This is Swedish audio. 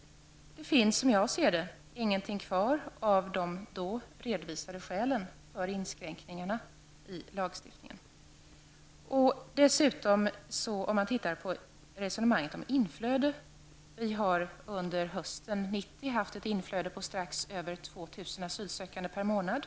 Det finns, som jag ser det, ingenting kvar av de skäl som redovisades för inskränkningarna i lagstiftningen. Apropå resonemanget om inflödet hade vi under hösten 1990 ett inflöde på strax över 2 000 asylsökande per månad.